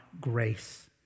grace